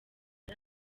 ari